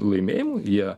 laimėjimų jie